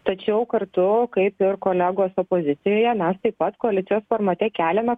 tačiau kartu kaip ir kolegos opozicijoje mes taip pat koalicijos formate keliame